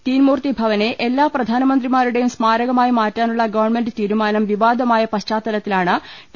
തീൻമൂർത്തി ഭവനെ എല്ലാ പ്രധാനമന്ത്രിമാരുടെയും സ്മാരകമായി മാറ്റാനുള്ള ഗവൺമെന്റ് തീരുമാനം വിവാദമായ പശ്ചാത്തലത്തിലാണ് ഡോ